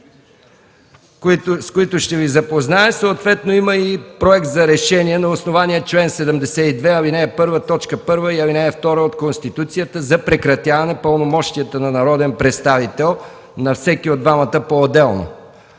с които ще Ви запозная. Съответно има и Проект за решение на основание чл. 72, ал. 1, т. 1 и ал. 2 от Конституцията за прекратяване пълномощията на народен представител на всеки от двамата поотделно.